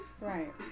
right